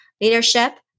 leadership